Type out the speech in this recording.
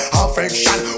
affection